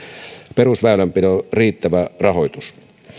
perusväylänpidon riittävä rahoitus